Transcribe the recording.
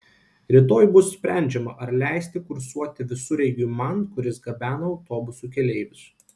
rytoj bus sprendžiama ar leisti kursuoti visureigiui man kuris gabena autobusų keleivius